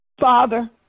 Father